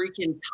freaking